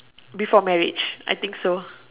before marriage I think so